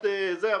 --- סליחה,